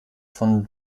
von